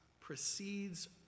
precedes